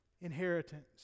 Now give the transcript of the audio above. inheritance